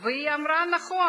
והיא אמרה נכון,